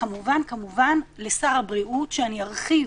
וכמובן כמובן לשר הבריאות, שאני ארחיב